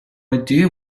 idea